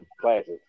classes